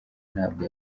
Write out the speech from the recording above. ntabwo